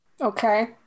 Okay